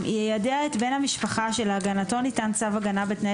יידע את בן המשפחה שלהגעתו ניתן צו הגנה בתנאי